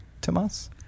Tomas